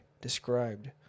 described